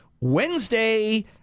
Wednesday